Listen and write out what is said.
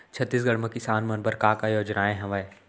छत्तीसगढ़ म किसान मन बर का का योजनाएं हवय?